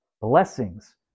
blessings